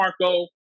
Marco